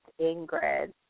Ingrid